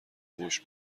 فحش